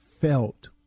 felt